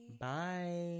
Bye